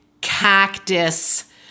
Cactus